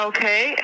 Okay